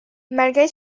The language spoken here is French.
malgré